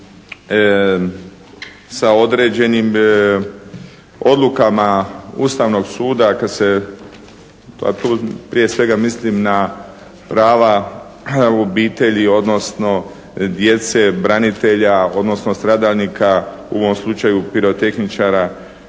zakona sa određenim odlukama Ustavnog suda, a tu prije svega mislim na prava obitelji, odnosno djece branitelja, odnosno stradalnika u ovom slučaju pirotehničara